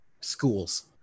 Schools